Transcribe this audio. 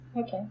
Okay